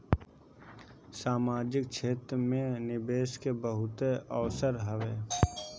सामाजिक क्षेत्र में निवेश के बहुते अवसर हवे